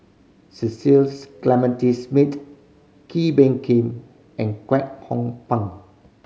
Cecil Clementi Smith Kee Bee Khim and Kwek Hong Png